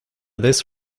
this